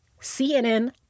CNN